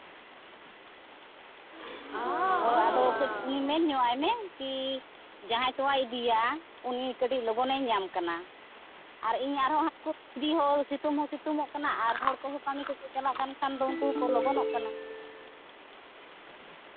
ᱦᱳᱭ ᱟᱫᱚ ᱠᱟᱹᱡ ᱩᱱᱤ ᱢᱮᱱ ᱧᱚᱜᱼᱟᱭ ᱢᱮ ᱠᱤ ᱡᱟᱦᱟᱸᱭ ᱛᱚᱣᱟᱭ ᱤᱫᱤᱭᱟ ᱩᱱᱤ ᱠᱟᱹᱴᱤᱡ ᱞᱚᱜᱚᱱᱮ ᱧᱟᱢ ᱠᱟᱱᱟ ᱟᱨ ᱤᱧ ᱟᱨ ᱦᱚᱲ ᱠᱚᱦᱚᱸ ᱠᱟᱹᱢᱤ ᱠᱚᱠᱚ ᱪᱟᱞᱟᱜ ᱠᱟᱱ ᱠᱷᱟᱱ ᱩᱱᱠᱩ ᱦᱚᱸᱠᱚ ᱞᱚᱜᱚᱱᱚᱜ ᱠᱟᱱᱟ